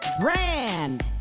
Brand